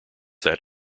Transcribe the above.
that